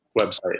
website